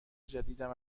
جدیدم